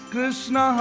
Krishna